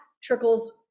trickles